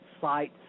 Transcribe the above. sites